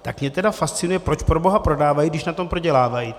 Tak mě tedy fascinuje, proč proboha prodávají, když na tom prodělávají.